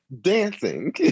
dancing